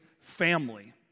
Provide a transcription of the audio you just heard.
family